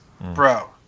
Bro